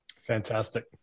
Fantastic